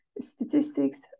statistics